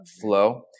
flow